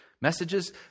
messages